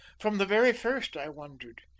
from the very first i wondered.